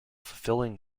fulfilling